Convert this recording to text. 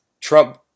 trump